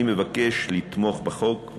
אני מבקש לתמוך בחוק,